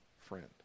friend